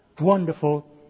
wonderful